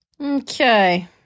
Okay